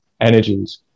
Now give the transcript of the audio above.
energies